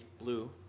blue